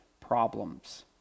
problems